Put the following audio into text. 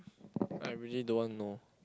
I really don't want know